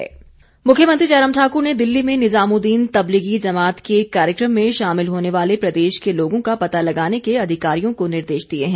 मुख्यमंत्री मुख्यमंत्री जयराम ठाकुर ने दिल्ली में निज़ामुद्दीन तबलीगी जमात के कार्यक्रम में शामिल होने वाले प्रदेश के लोगों का पता लगाने के अधिकारियों को निर्देश दिए है